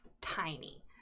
tiny